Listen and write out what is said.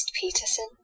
Peterson